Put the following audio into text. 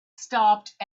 stopped